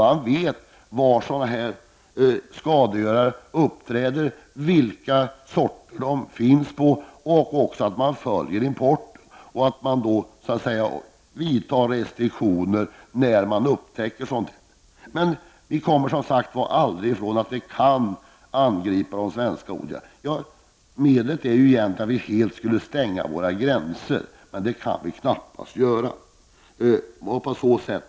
Man vet var sådana här skadegörare uppträder och vilka sorter de ger sig på. Dessutom följer man importen och sätter in restriktioner när man upptäcker angrepp. Men vi kommer, som sagt, aldrig ifrån att svenska odlingar kan angripas. Medlet att komma till rätta med detta är egentligen att helt stänga gränserna, det kan vi knappast göra.